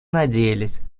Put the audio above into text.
надеялись